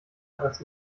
etwas